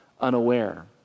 unaware